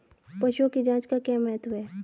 पशुओं की जांच का क्या महत्व है?